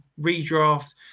Redraft